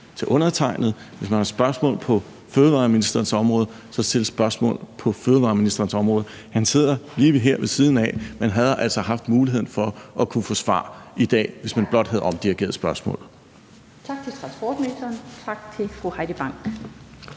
til undertegnede. Hvis man har spørgsmål på fødevareministerens område, så stil spørgsmålet til fødevareministeren. Han sidder her lige ved siden af, og man havde altså haft mulighed for at kunne svar her i dag, hvis man blot havde omdirigeret spørgsmålet.